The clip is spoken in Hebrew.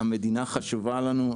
המדינה חשובה לנו,